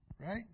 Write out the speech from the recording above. Right